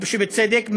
בצדק,